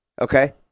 Okay